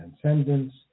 transcendence